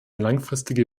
langfristige